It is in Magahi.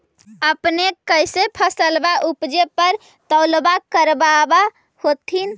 अपने कैसे फसलबा उपजे पर तौलबा करबा होत्थिन?